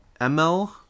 ML